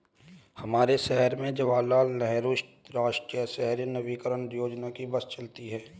हमारे शहर में जवाहर लाल नेहरू राष्ट्रीय शहरी नवीकरण योजना की बस चलती है